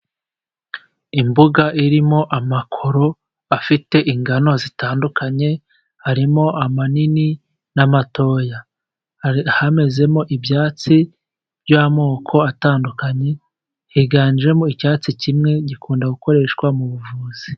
Imbuga irimo amakoro afite ingano zitandukanye, harimo amanini n'amatoya. Hamezemo ibyatsi by'amoko atandukanye, higanjemo icyatsi kimwe gikunda gukoreshwa mu buvuzi.